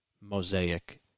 mosaic